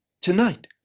tonight